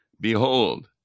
Behold